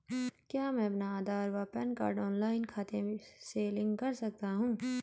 क्या मैं अपना आधार व पैन कार्ड ऑनलाइन खाते से लिंक कर सकता हूँ?